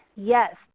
Yes